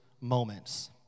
moments